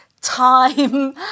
time